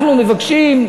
אנחנו מבקשים,